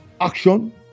Action